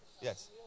Yes